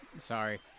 Sorry